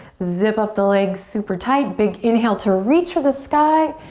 zip up the legs super tight. big inhale to reach for the sky.